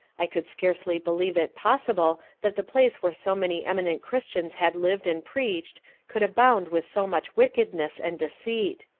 i could scarcely believe it possible that the place where so many eminent christians had lived and preached could abound with so much wickedness and deceit.